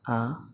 हां